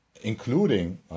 including